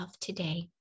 today